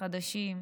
חדשים,